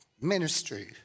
ministry